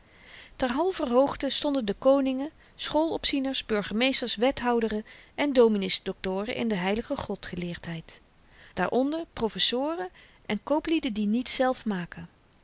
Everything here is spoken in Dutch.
naar verkiezing terhalverhoogte stonden de koningen schoolopzieners burgemeesters wethouderen en dominees doktoren in de h godgeleerdheid daaronder professoren en kooplieden die niets zelf maken